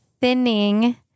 thinning